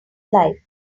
life